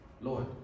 Lord